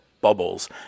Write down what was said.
bubbles